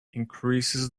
increases